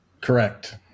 Correct